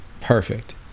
Perfect